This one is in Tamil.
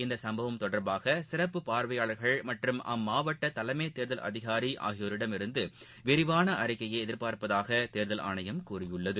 இச்சுப்பவம் தொடர்பாக சிறப்பு பார்வையாளர்கள் மற்றும் அம்மாவட்ட தலைமை தேர்தல் அதிகாரி ஆகியோரிடம் இருந்து விரிவான அறிக்கையை எதிர்பார்ப்பதாக தேர்தல் ஆணையம் கூறியுள்ளது